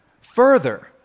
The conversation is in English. Further